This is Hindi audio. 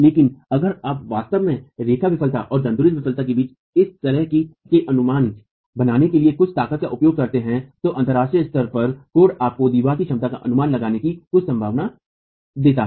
लेकिन अगर आप वास्तव में रेखा विफलता और दन्तुरित विफलता के बीच इस तरह के अनुमान बनाने के लिए कुछ ताकत का उपयोग करते थे तो अंतरराष्ट्रीय स्तर पर कोड आपको दीवारों की क्षमता का अनुमान लगाने की कुछ संभावना देते हैं